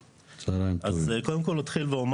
שלום לכולם, אנחנו מתחילים דיון